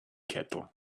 kettle